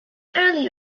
early